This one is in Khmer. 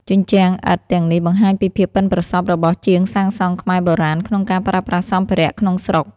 ជញ្ជាំងឥដ្ឋទាំងនេះបង្ហាញពីភាពប៉ិនប្រសប់របស់ជាងសាងសង់ខ្មែរបុរាណក្នុងការប្រើប្រាស់សម្ភារៈក្នុងស្រុក។